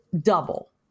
Double